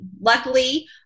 Luckily